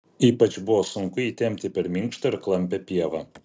ypač buvo sunku jį tempti per minkštą ir klampią pievą